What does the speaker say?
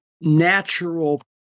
natural